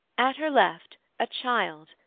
at her left, a child,